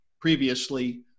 previously